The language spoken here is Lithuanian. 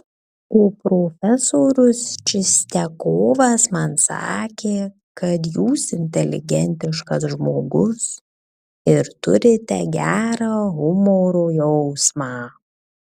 o profesorius čistiakovas man sakė kad jūs inteligentiškas žmogus ir turite gerą humoro jausmą